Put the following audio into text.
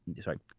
Sorry